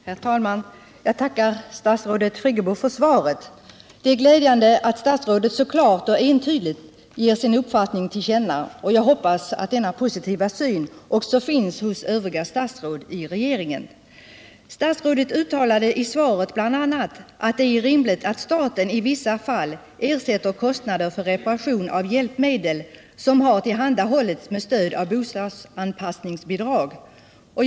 Herr talman! Jag tackar statsrådet Friggebo för svaret. Det är glädjande att statsrådet så klart och entydigt ger sin uppfattning till känna, och jag hoppas att denna positiva syn också delas av övriga statsråd i regeringen. Statsrådet uttalade i svaret bl.a. att det är rimligt att staten i vissa fall ersätter kostnader för reparation av hjälpmedel som har tillhandahållits med stöd av bostadsanpassningsbidrag.